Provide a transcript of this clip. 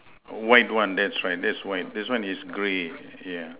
white one that's right that's white this one is grey yeah